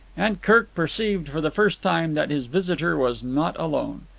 and kirk perceived for the first time that his visitor was not alone.